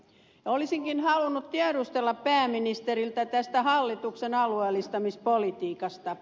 olisinkin halunnut tiedustella pääministeriltä tästä hallituksen alueellistamispolitiikasta